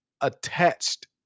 attached